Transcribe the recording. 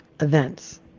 events